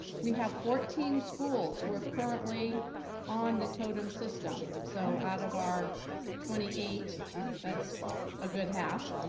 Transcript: we have fourteen schools, we're currently on the totem system. so out of our twenty eight that's a good half,